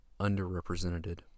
underrepresented